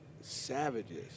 savages